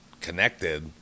connected